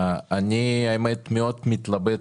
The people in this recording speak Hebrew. אני מאוד מתלבט,